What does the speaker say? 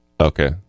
Okay